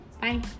Bye